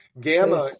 Gamma